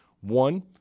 One